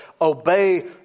obey